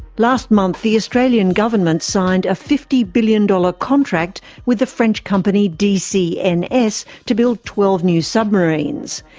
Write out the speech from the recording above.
last month the australian government signed a fifty billion dollars contract with the french company dcns to build twelve new submarines.